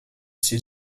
sie